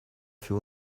für